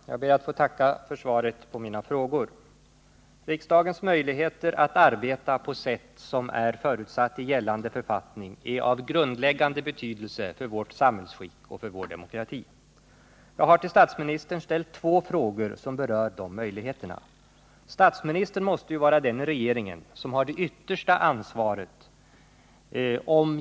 Herr talman! Jag ber att få tacka för svaret på mina frågor. Riksdagens möjligheter att arbeta på det sätt som är förutsatt i gällande författning är av grundläggande betydelse för vårt samhällsskick och för vår demokrati. Jag har till statsministern ställt två frågor som berör dessa möjligheter. Statsministern måste ju vara den i regeringen som har det yttersta ansvaret, om